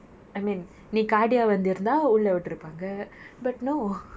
I mean நீ காடிலே வந்திருந்தா உள்ளே விட்டுருப்பாங்க:nee kaadile vanthiruntha ulle vitturupaanga but no